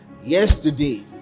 yesterday